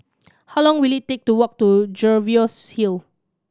how long will it take to walk to Jervois Hill